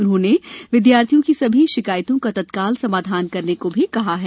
उन्होंने विद्यार्थियों की सभी शिकायतों का तत्काल समाधान करने को भी कहा है